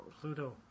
Pluto